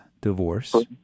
divorce